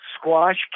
squash